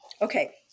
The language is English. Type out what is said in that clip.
Okay